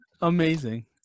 Amazing